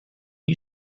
you